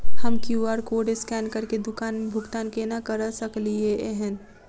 हम QR code scan करके दुकान मे भुगतान केना करऽ सकलिये एहन?